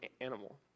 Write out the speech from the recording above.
animal